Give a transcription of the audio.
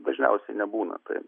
dažniausiai nebūna taip